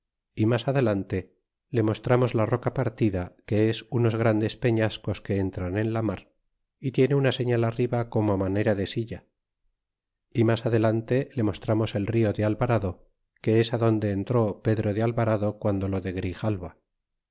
y mas adelante le mostramos la roca partida que es unos grandes peñascos que entran en la mar y tiene una señal arriba como á manera de silla y mas adelante le mostramos el rio de alvarado que es adonde entró pedro de alvarado quando lo de grijalva y